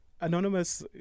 Anonymous